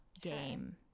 game